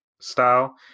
style